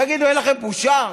תגידו, אין לכם בושה?